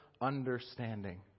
understanding